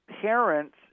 parents